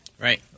right